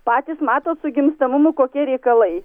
patys matot su gimstamumu kokie reikalai